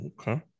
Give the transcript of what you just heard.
Okay